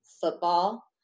Football